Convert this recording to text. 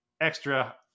extra